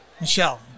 Michelle